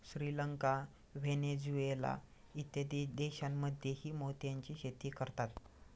Sri Lanka, Venezuela इत्यादी देशांमध्येही मोत्याची शेती करतात